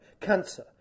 Cancer